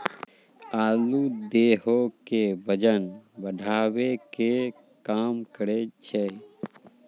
आलू देहो के बजन बढ़ावै के काम करै छै